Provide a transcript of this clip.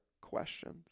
questions